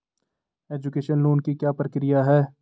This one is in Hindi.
एजुकेशन लोन की क्या प्रक्रिया है?